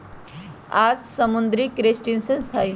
आम समुद्री क्रस्टेशियंस हई